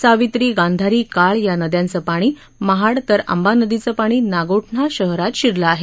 सावित्री गांधारी काळ या नद्यांचं पाणी महाड तर आंबा नदीचं पाणी नागोठणा शहरात शिरलं आहे